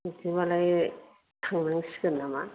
बिदिबालाय थांनांसिगोन नामा